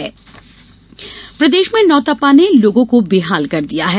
मौसम गर्मी प्रदेश में नौतपा ने लोगों को बेहाल कर दिया है